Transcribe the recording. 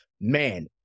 man